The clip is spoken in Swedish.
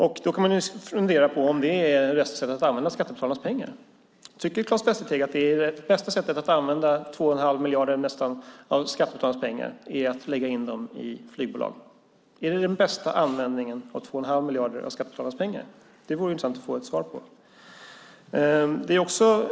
Man kan fundera på om det är rätta sättet att använda skattebetalarnas pengar. Tycker Claes Västerteg att det bästa sättet att använda nästan 2 1⁄2 miljard av skattebetalarnas pengar är att lägga in dem i ett flygbolag? Är det den bästa användningen av 2 1⁄2 miljard av skattebetalarnas pengar? Det vore intressant att få ett svar på.